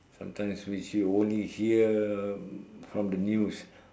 sometimes which you only hear from the news